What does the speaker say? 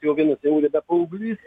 jau vienas jau nebe paauglys